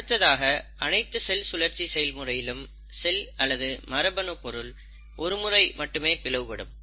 அடுத்ததாக அனைத்து செல் சுழற்சி செயல் முறையிலும் செல் அல்லது மரபணு பொருள் ஒருமுறை மட்டுமே பிளவுபடும்